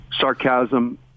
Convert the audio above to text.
Sarcasm